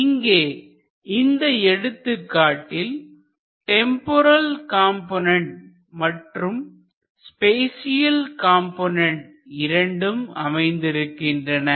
இங்கே இந்த எடுத்துக்காட்டில் டெம்போரல் காம்போனன்டு மற்றும் பேசியல் காம்போனன்டு இரண்டும் அமைந்திருக்கின்றன